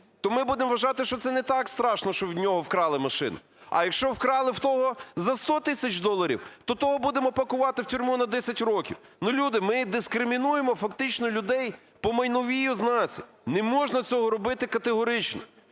то ми будемо вважати, що це не так страшно, що у нього вкрали машину. А якщо вкрали у того за 100 тисяч доларів, то того будемо пакувати в тюрму на 10 років. Люди, ми дискримінуємо фактично людей по майновій ознаці. Не можна цього робити категорично.